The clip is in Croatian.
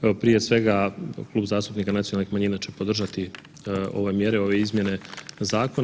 Evo prije svega Klub zastupnika nacionalnih manjina će podržati ove mjere, ove izmjene zakona.